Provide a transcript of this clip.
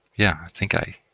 yeah, i think i